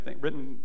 written